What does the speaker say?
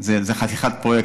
זה חתיכת פרויקט,